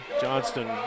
Johnston